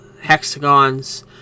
hexagons